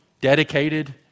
dedicated